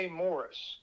morris